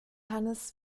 hannes